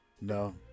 no